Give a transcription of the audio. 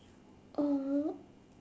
!aww!